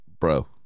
Bro